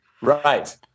Right